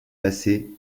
passée